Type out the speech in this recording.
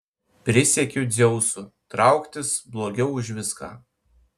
prisiekiu dzeusu trauktis blogiau už viską